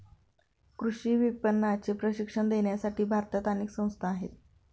कृषी विपणनाचे प्रशिक्षण देण्यासाठी भारतात अनेक संस्था आहेत